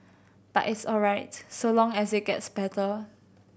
but it's all right so long as it gets better